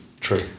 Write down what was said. true